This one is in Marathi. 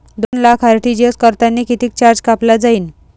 दोन लाख आर.टी.जी.एस करतांनी कितीक चार्ज कापला जाईन?